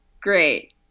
great